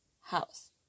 house